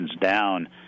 down